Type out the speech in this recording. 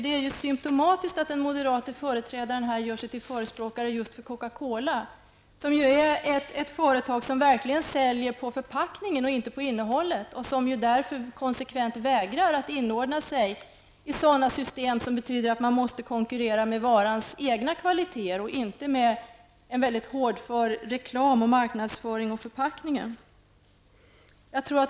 Det är symtomatiskt att den moderate företrädaren här gör sig till för förespråkare just för Coca-Cola, ett företag som verkligen säljer på förpackningen och inte på innehållet och som därför konsekvent vägrar att inordna sig i system där man måste konkurrera med varans egna kvaliteter, inte med en mycket hårdför reklam och marknadsföring av förpackningen.